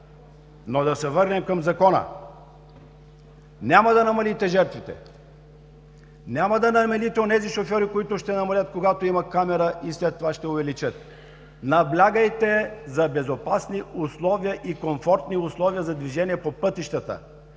Да се върнем към Закона. Няма да намалите жертвите. Няма да намалите онези шофьори, които ще намалят, когато има камера, и след това ще увеличат. Наблягайте за безопасни условия и комфортни условия за движение по пътищата.